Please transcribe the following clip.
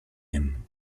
him